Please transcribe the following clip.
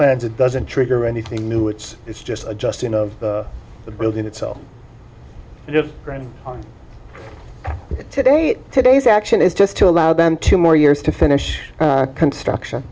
plans it doesn't trigger anything new it's just adjusting of the building itself just today today's action is just to allow them to more years to finish construction